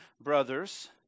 brothers